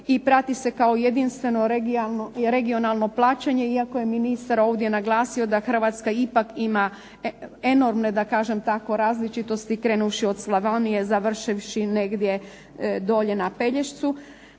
i prati se kao jedinstveno i regionalno plaćanje, iako je ministar ovdje naglasio da Hrvatska ipak ima enormne da kažem tako različitosti, krenuvši od Slavonije, završivši negdje dolje na Pelješcu.